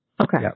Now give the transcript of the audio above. Okay